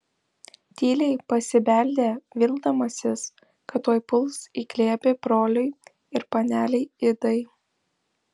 tyliai pasibeldė vildamasis kad tuoj puls į glėbį broliui ir panelei idai